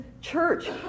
church